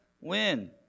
win